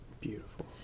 Beautiful